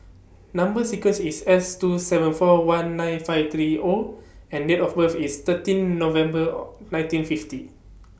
Number sequence IS S two seven four one nine five three O and Date of birth IS thirteen November nineteen fifty